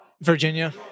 Virginia